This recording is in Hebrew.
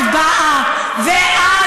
כשאת באה ומדברת נגד,